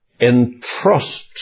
entrusts